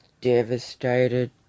devastated